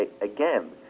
again